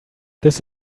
this